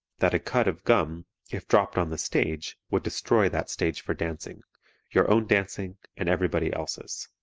that a cud of gum if dropped on the stage would destroy that stage for dancing your own dancing and everybody else's.